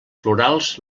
florals